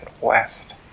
west